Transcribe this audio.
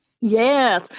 Yes